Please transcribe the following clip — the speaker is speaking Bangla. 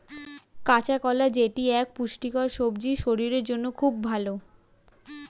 কাঁচা কলা যেটি এক পুষ্টিকর সবজি শরীরের জন্য খুব ভালো